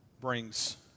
brings